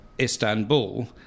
Istanbul